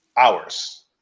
hours